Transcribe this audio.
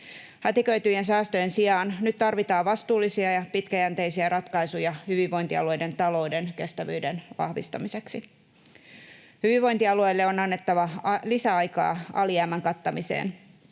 Hätiköityjen säästöjen sijaan nyt tarvitaan vastuullisia ja pitkäjänteisiä ratkaisuja hyvinvointialueiden talouden kestävyyden vahvistamiseksi. Hyvinvointialueille on annettava lisäaikaa alijäämän kattamiseen.